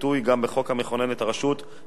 המכונן את הרשות וקובע את תפקידיה.